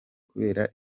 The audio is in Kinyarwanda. kubera